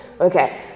Okay